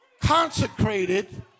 consecrated